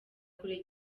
kure